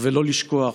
ולא לשכוח,